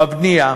בבנייה,